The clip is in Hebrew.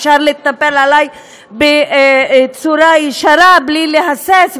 אפשר להתנפל עלי בצורה ישירה בלי להסס,